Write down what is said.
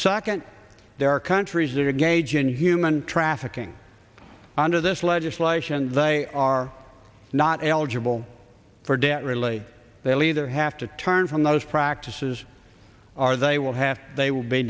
second there are countries that are gaijin human trafficking under this legislation they are not eligible for debt really they will either have to turn from those practices are they will have they will be